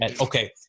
Okay